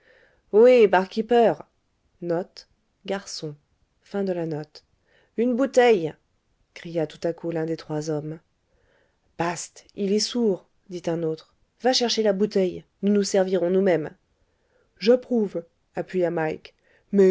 ohé bar keeper une bouteille cria tout à coup l'un des trois hommes bast il est sourd dit un autre va chercher la bouteille nous nous servirons nous-mêmes j'approuve appuya mike